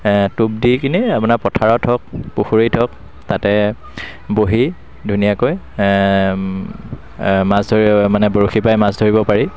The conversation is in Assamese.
টোপ দি কিনে পথাৰত হওক পুখুৰীত হওক তাতে বহি ধুনীয়াকৈ মাছ ধৰি মানে বৰশী বাই মাছ ধৰিব পাৰি